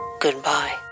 Goodbye